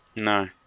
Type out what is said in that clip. No